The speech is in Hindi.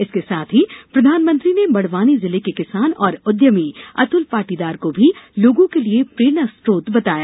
इसके साथ ही प्रधानमंत्री ने बड़वानी जिले के किसान और उद्यमी अतुल पाटीदार को भी लोगों के लिए प्रेरणास्रोत बताया